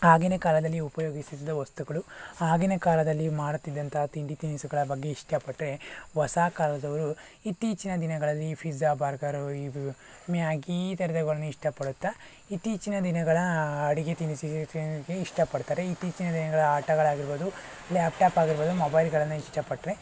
ಆಗಿನ ಕಾಲದಲ್ಲಿ ಉಪಯೋಗಿಸಿದ್ಧ ವಸ್ತುಗಳು ಆಗಿನ ಕಾಲದಲ್ಲಿ ಮಾಡುತ್ತಿದ್ದಂತಹ ತಿಂಡಿ ತಿನಿಸುಗಳ ಬಗ್ಗೆ ಇಷ್ಟ ಪಟ್ಟರೆ ಹೊಸ ಕಾಲದವರು ಇತ್ತೀಚಿನ ದಿನಗಳಲ್ಲಿ ಫಿಜ್ಜಾ ಬರ್ಗರ್ ಇದು ಮ್ಯಾಗಿ ಈ ಥರದವುಗಳನ್ನು ಇಷ್ಟ ಪಡುತ್ತಾ ಇತ್ತೀಚಿನ ದಿನಗಳ ಅಡುಗೆ ತಿನಿಸಿ ತಿನ್ನೋಕ್ಕೆ ಇಷ್ಟಪಡ್ತಾರೆ ಇತ್ತೀಚಿನ ದಿನಗಳ ಆಟಗಳಾಗಿರ್ಬೋದು ಲ್ಯಾಪ್ಟಾಪ್ ಆಗಿರ್ಬೋದು ಮೊಬೈಲ್ಗಳನ್ನು ಇಷ್ಟಪಟ್ಟರೆ